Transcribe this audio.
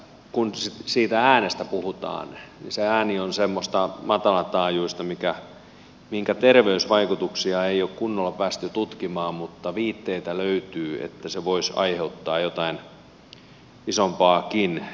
kun siitä äänestä puhutaan niin se ääni on semmoista matalataajuista minkä terveysvaikutuksia ei ole kunnolla päästy tutkimaan mutta viitteitä löytyy että se voisi aiheuttaa jotain isompaakin